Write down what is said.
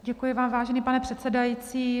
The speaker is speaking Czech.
Děkuji vám, vážený pane předsedající.